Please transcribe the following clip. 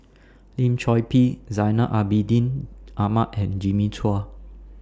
Lim Chor Pee Zainal Abidin Ahmad and Jimmy Chua